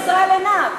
זה בסדר.